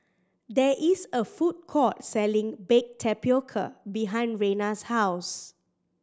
there is a food court selling baked tapioca behind Reina's house